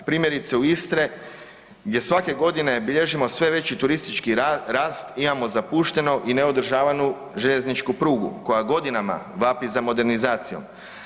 Primjerice u Istri gdje svake godine bilježimo sve veći turistički rast imao zapuštenu i neodržavanu željezničku prugu koja godinama vapi za modernizacijom.